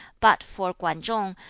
but for kwan chung,